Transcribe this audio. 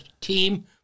team